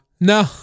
No